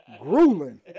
Grueling